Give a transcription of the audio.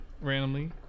randomly